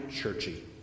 churchy